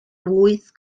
wyth